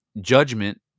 judgment